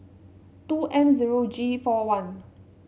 two M zero G four one